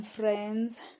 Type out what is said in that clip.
Friends